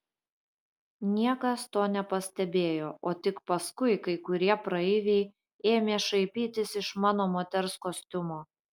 niekas to nepastebėjo o tik paskui kai kurie praeiviai ėmė šaipytis iš mano moters kostiumo